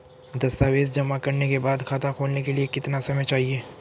दस्तावेज़ जमा करने के बाद खाता खोलने के लिए कितना समय चाहिए?